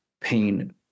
pain